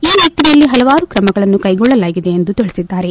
ಈ ನಿಟ್ಟನಲ್ಲಿ ಹಲವಾರು ಕ್ರಮಗಳನ್ನು ಕೈಗೊಳ್ಳಲಾಗಿದೆ ಎಂದು ತಿಳಿಸಿದ್ದಾರೆ